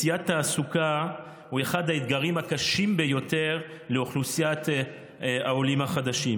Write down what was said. מציאת תעסוקה היא אחד האתגרים הקשים ביותר לאוכלוסיית העולים החדשים,